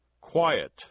Quiet